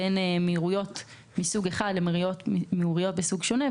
בין מהירויות מסוג אחד למהירויות מסוג שונה.